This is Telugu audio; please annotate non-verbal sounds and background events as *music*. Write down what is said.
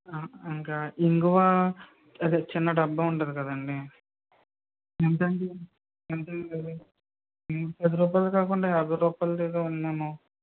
ఇంకా ఇంగువ అదే చిన్న డబ్బా ఉంటుంది కదండీ ఎంతండీ ఎంతది *unintelligible* పది రూపాయిలిది కాకుండా యాభై రూపాయలది ఏదో ఉందేమో